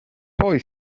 poi